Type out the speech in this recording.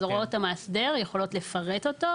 אז הוראות המאסדר יכולות לפרט אותו,